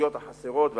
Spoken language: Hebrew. התשתיות החסרות והלקויות,